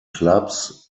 clubs